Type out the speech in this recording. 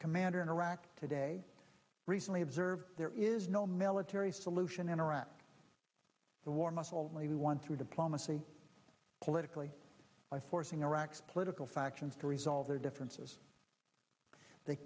commander in iraq today recently observed there is no military solution in iraq the war muscle only one through diplomacy politically by forcing iraq's political factions to resolve their differences the